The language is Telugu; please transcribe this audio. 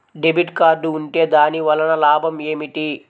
డెబిట్ కార్డ్ ఉంటే దాని వలన లాభం ఏమిటీ?